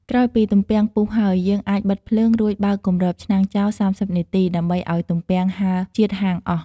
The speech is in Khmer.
ក្រោយពីទំពាំងពុះហើយ យើងអាចបិទភ្លើង រួចបើកគំរបឆ្នាំងចោល ៣០នាទី ដើម្បីឱ្យទំពាំងហើរជាតិហាងអស់។